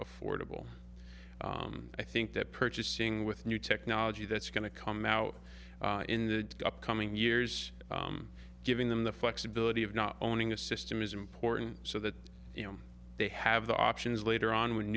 affordable i think that purchasing with new technology that's going to come out in the upcoming years giving them the flexibility of not owning a system is important so that you know they have the options later on when